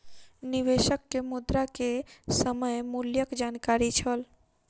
निवेशक के मुद्रा के समय मूल्यक जानकारी छल